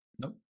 Nope